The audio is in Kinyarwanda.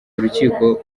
urukiko